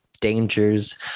dangers